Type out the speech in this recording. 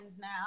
now